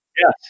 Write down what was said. Yes